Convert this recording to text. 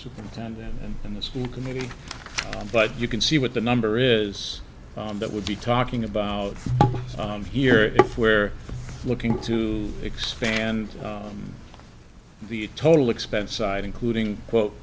superintendent and the school committee but you can see what the number is that would be talking about here if we're looking to expand the total expense side including quote